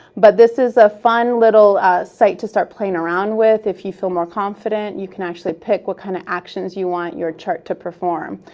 but this is a fun little site to start playing around with if you feel more confident. you can actually pick what kind of actions you want your chart to perform.